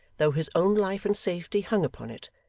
though his own life and safety hung upon it,